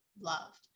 loved